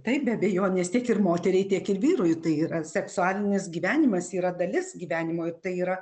taip be abejonės tiek ir moteriai tiek ir vyrui tai yra seksualinis gyvenimas yra dalis gyvenimo tai yra